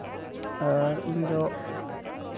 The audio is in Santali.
ᱟᱨ ᱤᱧᱫᱚ